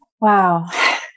wow